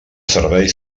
servei